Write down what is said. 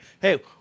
Hey